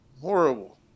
Horrible